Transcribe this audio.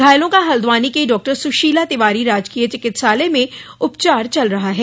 घायलों का हल्द्वानी के डॉ सुशीला तिवारी राजकीय चिकित्सालय में उपचार चल रहा है